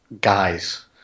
guys